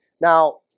Now